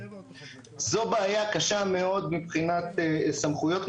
זו בעיה קשה מאוד מבחינת סמכויות,